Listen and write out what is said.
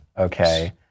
okay